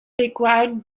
required